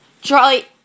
Charlie